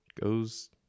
goes